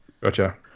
gotcha